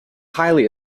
highly